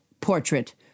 portrait